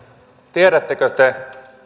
tiedättekö te